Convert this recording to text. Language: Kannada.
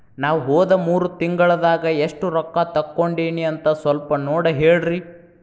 ನಾ ಹೋದ ಮೂರು ತಿಂಗಳದಾಗ ಎಷ್ಟು ರೊಕ್ಕಾ ತಕ್ಕೊಂಡೇನಿ ಅಂತ ಸಲ್ಪ ನೋಡ ಹೇಳ್ರಿ